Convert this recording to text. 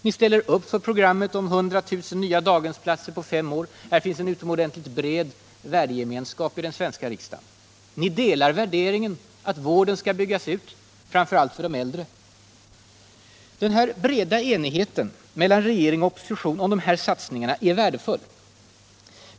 Ni ställer upp bakom programmet om 100 000 nya daghemsplatser på fem år — här finns det en utomordentligt bred värdegemenskap i den svenska riksdagen. Ni delar värderingen att vården skall byggas ut, framför allt för de äldre. Den breda enigheten mellan regering och opposition om dessa satsningar är värdefull.